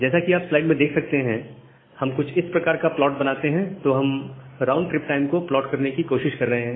जैसा कि आप स्लाइड में देख सकते हैं हम कुछ इस प्रकार का प्लॉट बनाते हैं तो हम राउंड ट्रिप टाइम को प्लॉट करने की कोशिश कर रहे हैं